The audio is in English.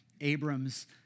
Abram's